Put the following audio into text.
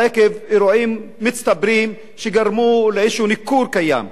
עקב אירועים מצטברים שגרמו לאיזה ניכור קיים.